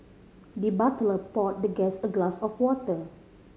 the butler poured the guest a glass of water